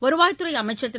வருவாய்த்துறை அமைச்சர் திரு